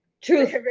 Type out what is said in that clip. truth